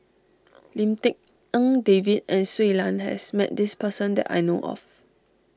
Lim Tik En David and Shui Lan has met this person that I know of